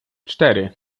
cztery